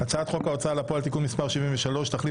הצעת חוק ההוצאה לפועל (תיקון מס' 73)(תחליף